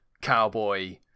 cowboy